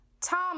Tom